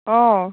অঁ